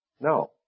No